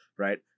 right